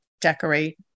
decorate